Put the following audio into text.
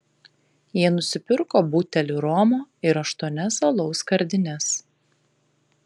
jie nusipirko butelį romo ir aštuonias alaus skardines